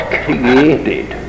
created